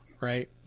right